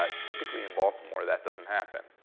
ah typically in baltimore that doesn't happen.